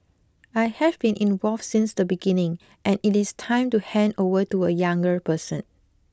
I have been involved since the beginning and it is time to hand over to a younger person